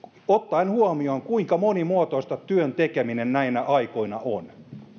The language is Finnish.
ottaen huomioon se kuinka monimuotoista työn tekeminen näinä aikoina on